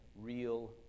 real